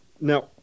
Now